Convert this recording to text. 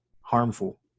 harmful